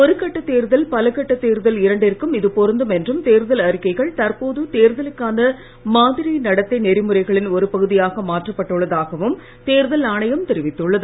ஒரு கட்டசத் தேர்தல் பலகட்டத் தேர்தல் இரண்டிற்கும் இது பொருந்தும் என்றும் தேர்தல் அறிக்கைகள் தற்போதுதேர்தலுக்கான மாதிரி நடத்தை நெறிமுறைகளின் ஒரு பகுதியாக மாற்றப் பட்டுள்ளதாகவும் தேர்தல் ஆணையம் தெரிவித்துள்ளது